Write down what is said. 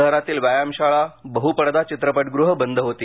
शहरातील व्यायामशाळा बहुपडदा चित्रपटगृह बंद होती